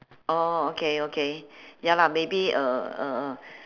orh okay okay ya lah maybe uh uh uh